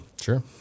Sure